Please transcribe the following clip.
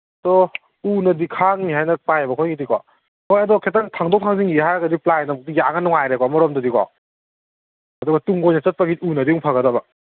ꯑꯗꯣ ꯎꯅꯗꯤ ꯈꯥꯡꯅꯤ ꯍꯥꯏ ꯇꯥꯏꯌꯦ ꯑꯩꯈꯣꯏꯒꯤꯗꯤꯀꯣ ꯍꯣꯏ ꯑꯗꯣ ꯈꯤꯇꯪ ꯊꯥꯡꯗꯣꯛ ꯊꯥꯡꯖꯤꯟꯒꯤ ꯍꯥꯏꯔꯒꯗꯤ ꯄ꯭ꯂꯥꯏꯅ ꯑꯃꯨꯛ ꯌꯥꯡꯉꯒ ꯅꯨꯡꯉꯥꯏꯔꯦꯀꯣ ꯑꯃꯔꯣꯝꯗꯗꯤꯀꯣ ꯑꯗꯨꯒ ꯇꯨꯡꯀꯣꯏꯅ ꯆꯠꯄꯒꯤ ꯎꯅꯗꯤ ꯑꯃꯨꯛ ꯐꯒꯗꯕ